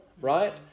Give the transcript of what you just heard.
right